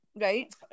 right